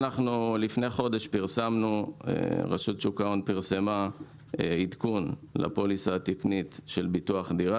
לפני חודש רשות שוק ההון פרסמה עדכון לפוליסה התקנית של ביטוח דירה.